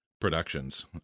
productions